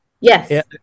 Yes